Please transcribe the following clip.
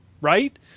right